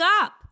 up